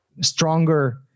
stronger